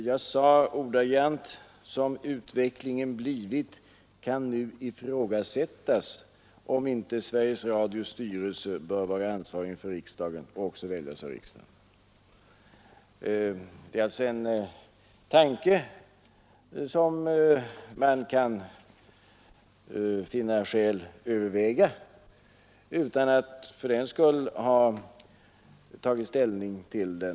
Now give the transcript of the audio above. Jag sade ordagrant: ”Som utvecklingen blivit kan man nu ifrågasätta om inte Sveriges Radios styrelse bör vara ansvarig inför riksdagen och också väljas av riksdagen.” Det är alltså en tanke som det kan finnas skäl att överväga utan att man fördenskull har tagit ställning till den.